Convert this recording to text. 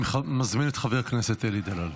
אני מזמין את חבר הכנסת אלי דלל.